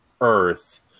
Earth